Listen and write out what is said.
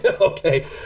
Okay